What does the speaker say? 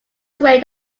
swing